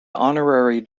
honorary